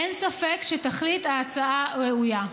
אין ספק שתכלית ההצעה ראויה.